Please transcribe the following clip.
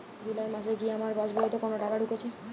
জুলাই মাসে কি আমার পাসবইতে কোনো টাকা ঢুকেছে?